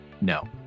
no